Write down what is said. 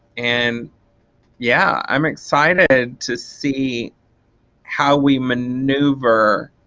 and yeah i'm excited to see how we maneuver